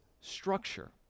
structure